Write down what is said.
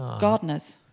gardeners